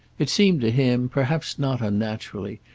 it seemed to him, perhaps not unnaturally,